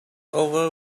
over